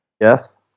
Yes